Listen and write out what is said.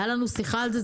הייתה לנו שיחה על זה,